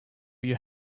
you